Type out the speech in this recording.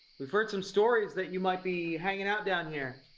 we've heard some stories that you might be hanging out down here.